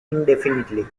indefinitely